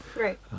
right